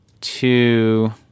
two